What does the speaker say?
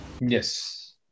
Yes